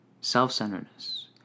Self-centeredness